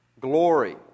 glory